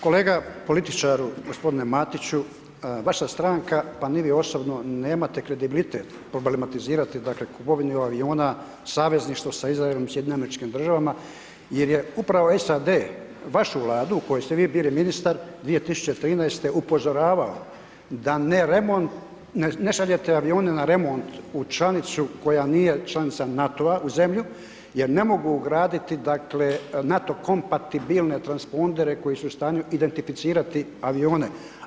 Kolega političaru g. Matiću, vaša stranka, pa ni vi osobno nemate kredibilitet problematizirati, dakle, kupovinu avionu, savezništvo sa Izraelom, SAD-om jer je upravo SAD vašu Vladu u kojoj ste vi bili ministar 2013. upozoravao da ne remont, ne šaljete avione na remont u članicu koja nije članica NATO-a u zemlju jer ne mogu ugraditi, dakle, NATO kompatibilne trans pondere koji su u stanju identificirati avione.